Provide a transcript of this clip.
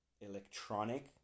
electronic